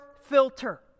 filter